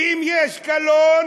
ואם יש קלון,